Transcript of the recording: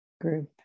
group